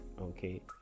okay